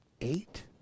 eight